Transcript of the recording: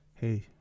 Hey